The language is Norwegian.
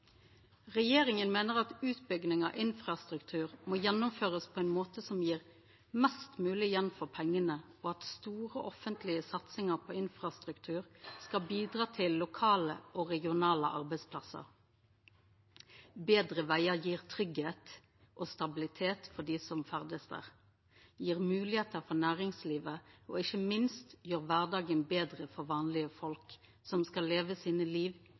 Regjeringa meiner at utbygging av infrastruktur må gjennomførast på ein måte som gjev mest mogleg igjen for pengane, og at store offentlege satsingar på infrastruktur skal bidra til lokale og regionale arbeidsplassar. Betre vegar gjev tryggleik og stabilitet for dei som ferdast der, gjev moglegheiter for næringslivet, og gjer ikkje minst kvardagen betre for vanlege folk, som skal leve